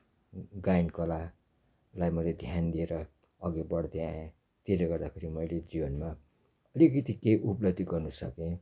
गायन कलालाई मैले ध्यान दिएर अगि बढ्दै आएँ त्यसले गर्दाखेरि मैले जीवनमा अलिकति केही उपलब्धी गर्नुसकेँ